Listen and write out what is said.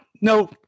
no